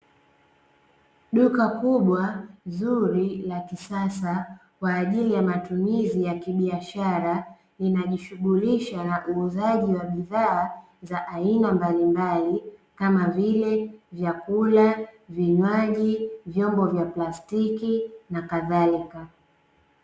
Duka kubwa zuri la kisasa kwaajili ya matumizi ya kibiashara, lina jishughulisha na uuzaji wa bidhaa za aina mbalimbali kama vile vyakula, vinywaji, vyombo vya plastiki na kadhalika.